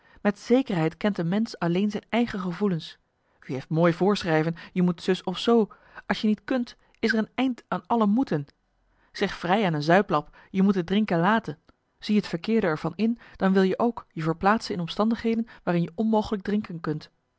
met zekerheid kent een mensch alleen zijn eigen gevoelens u heeft mooi voorschrijven je moet zus of zoo als je niet kunt is er een eind aan alle moeten zeg vrij aan een zuiplap je moet het drinken laten zie het verkeerde er van in dan wil je ook je verplaatsen in omstandigheden waarin je onmogelijk drinken kunt